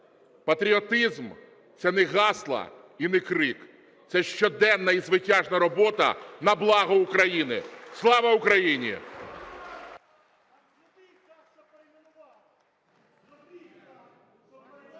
патріотизм – це не гасла і не крик, це щоденна і звитяжна робота на благо України. Слава Україні!